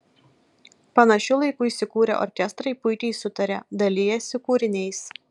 panašiu laiku įsikūrę orkestrai puikiai sutaria dalijasi kūriniais